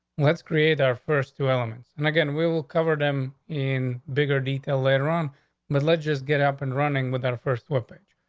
let's create our first two elements. and again, we will cover them in bigger detail later on the but ledges get up and running with our first whipping.